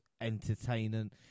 entertainment